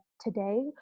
today